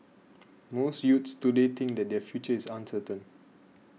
most youths today think that their future is uncertain